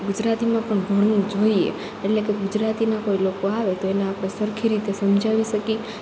ગુજરાતીમાં પણ ભણવું જોઈએ એટલે કે ગુજરાતીના કોઈ લોકો આવે તો એને આપણે સરખી રીતે સમજાવી શકીએ